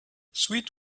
sweet